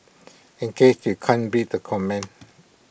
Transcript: in case you can't read the comment